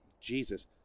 Jesus